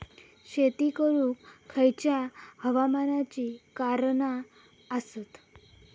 शेत करुक खयच्या हवामानाची कारणा आसत?